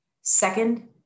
Second